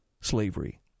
slavery